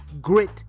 grit